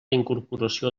incorporació